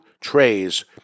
trays